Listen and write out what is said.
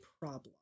problem